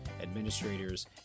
administrators